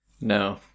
No